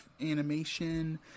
animation